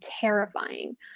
terrifying